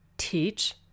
Teach